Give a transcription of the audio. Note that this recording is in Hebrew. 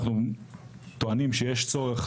אנחנו טוענים שיש צורך,